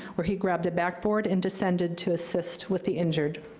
where he grabbed a backboard and descended to assist with the injured.